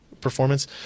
performance